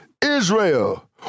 Israel